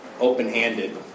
open-handed